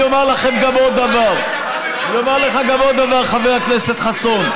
אומר לכם גם עוד דבר, חבר הכנסת חסון,